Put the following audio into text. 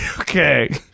Okay